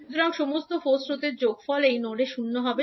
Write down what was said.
সুতরাং সমস্ত 4 স্রোতের যোগফল এই নোডে 0 হবে